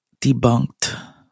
debunked